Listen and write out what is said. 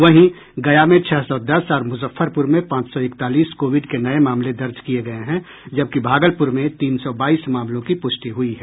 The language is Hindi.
वहीं गया में छह सौ दस और मुजफ्फरपुर में पांच सौ इकतालीस कोविड के नये मामले दर्ज किये गये हैं जबकि भागलपुर में तीन सौ बाईस मामलों की पुष्टि हुई है